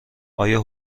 آیا